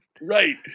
Right